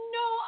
no